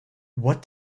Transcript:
what